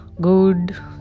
good